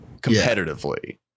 competitively